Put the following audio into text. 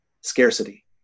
Scarcity